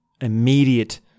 immediate